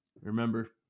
Remember